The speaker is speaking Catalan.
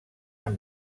amb